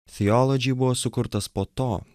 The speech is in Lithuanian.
theology buvo sukurtas po to